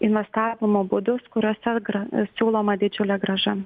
investavimo būdus kuriuose gra siūloma didžiulė grąža